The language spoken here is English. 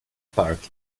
park